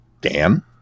Dan